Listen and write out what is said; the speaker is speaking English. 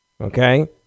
Okay